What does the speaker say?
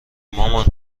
مامان